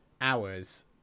hours